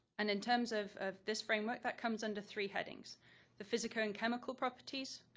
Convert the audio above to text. and in terms of of this framework, that comes under three headings the physical and chemical properties,